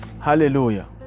Hallelujah